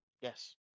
Yes